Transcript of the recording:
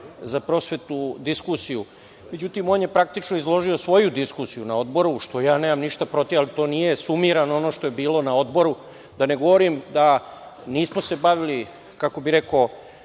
za prosvetu, diskusiju.Međutim, on je praktično izložio svoju diskusiju na Odbora, što ja nemam ništa protiv, ali nije sumirano ono što je bilo na Odboru, da ne govorim da se nismo bavili, kako bi rekao